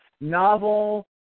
novel